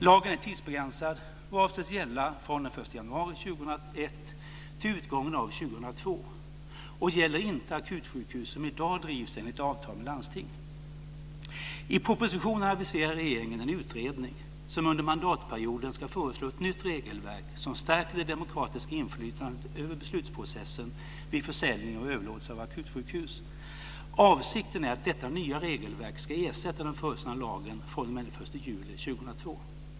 Lagen är tidsbegränsad och avses gälla från den 1 januari I propositionen aviserar regeringen en utredning som under mandatperioden ska föreslå ett nytt regelverk som stärker det demokratiska inflytandet över beslutsprocessen vid försäljning och överlåtelse av akutsjukhus. Avsikten är att detta nya regelverk ska ersätta den föreslagna lagen fr.o.m. den 1 juli 2002.